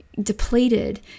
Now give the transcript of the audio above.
depleted